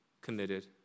committed